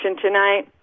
tonight